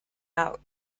out